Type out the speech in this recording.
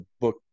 book